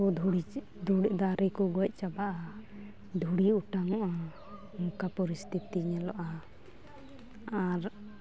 ᱠᱩ ᱫᱷᱩᱲᱤ ᱫᱷᱩᱲᱤ ᱫᱟᱨᱮ ᱠᱚ ᱜᱚᱡ ᱪᱟᱵᱟᱜᱼᱟ ᱫᱷᱩᱲᱤ ᱚᱴᱟᱝᱚᱜᱼᱟ ᱚᱱᱠᱟ ᱯᱚᱨᱤᱥᱛᱤᱛᱤ ᱧᱮᱞᱚᱼᱟ ᱟᱨ